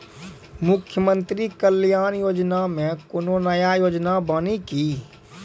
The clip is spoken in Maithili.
मुख्यमंत्री कल्याण योजना मे कोनो नया योजना बानी की?